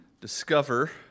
discover